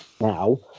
now